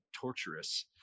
torturous